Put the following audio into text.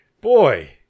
boy